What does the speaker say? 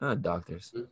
doctors